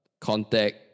contact